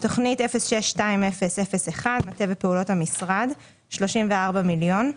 תוכנית 02-20-01 מטה ופעולות המשרד: 34 מיליון שקלים.